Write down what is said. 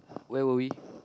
where were we